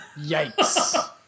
Yikes